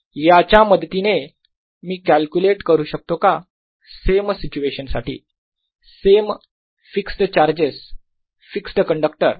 याच्या मदतीने मी कॅल्क्युलेट करू शकतो का सेम सिच्युएशन साठी same fixed charges fixed conductor